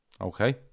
okay